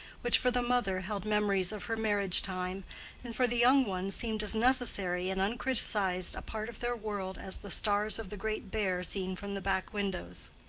which, for the mother held memories of her marriage time, and for the young ones seemed as necessary and uncriticised a part of their world as the stars of the great bear seen from the back windows.